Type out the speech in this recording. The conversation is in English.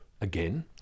Again